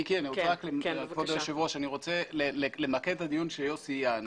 אני רוצה למקד את הדיון שיוסי יענה.